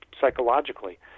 psychologically